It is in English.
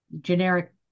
generic